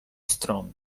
strony